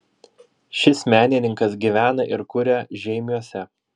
šis menininkas gyvena ir kuria žeimiuose